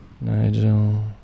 Nigel